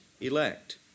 elect